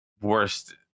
worst